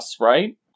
right